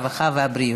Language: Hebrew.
הרווחה והבריאות.